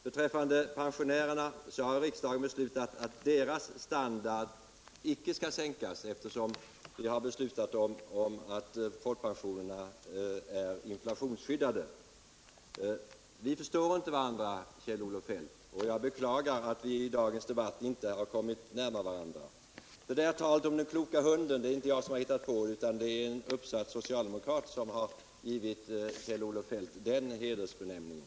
Beträffande pensionärerna har riksdagen beslutat att deras standard icke skall sänkas; vi har beslutat att folkpensionerna skall vara inflationsskyddade. Vi förstår inte varandra, Kjell-Olof Feldt, och jag beklagar att vi genom dagens debatt inte kommit närmare varandra. Benämningen den kloka hunden har inte jag hittat på; det är en uppsatt socialdemokrat som givit Kjell-Olof Feldt den ”hedersbenämningen”.